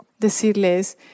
decirles